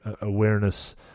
awareness